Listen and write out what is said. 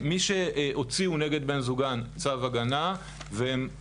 מי שהוציאו נגד בני זוגן צו הגנה ולמרות